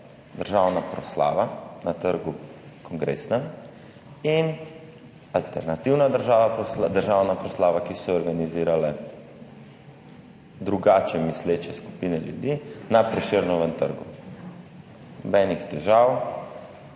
državna proslava na Kongresnem trgu in alternativna državna proslava, ki so jo organizirale drugače misleče skupine ljudi na Prešernovem trgu. Nobenih težav.